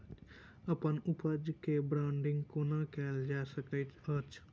अप्पन उपज केँ ब्रांडिंग केना कैल जा सकैत अछि?